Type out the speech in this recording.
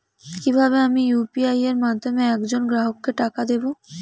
কিভাবে আমি ইউ.পি.আই এর মাধ্যমে এক জন গ্রাহককে টাকা দেবো?